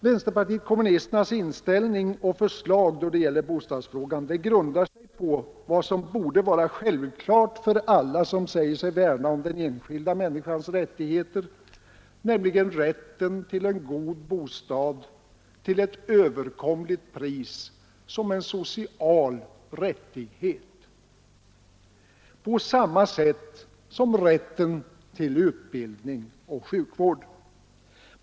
Vänsterpartiet kommunisternas förslag och inställning då det gäller bostadsfrågan grundar sig på vad som borde vara självklart för alla som säger sig värna om den enskilda människans rättigheter, nämligen rätten till en god bostad till ett överkomligt pris såsom en social rättighet på samma sätt som rätten till utbildning och sjukvård.